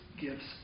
gifts